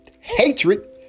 hatred